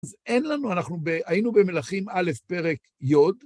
אז אין לנו, אנחנו היינו במלאכים א', פרק י',